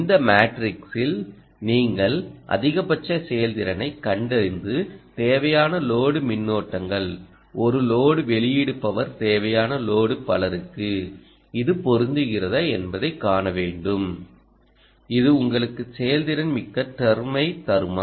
இந்த மேட்ரிக்ஸில் நீங்கள் அதிகபட்ச செயல்திறனைபக் கண்டறிந்துதேவையான லோடு மின்னோட்டங்கள் ஒரு லோடு வெளியீடு பவர் தேவையான லோடு பவருக்கு இது பொருந்துகிறதா என்பதைக் காண வேண்டும் இது உங்களுக்கு செயல்திறன் மிக்க டெர்மைத் தருமா